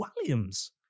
Williams